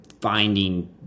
finding